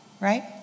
right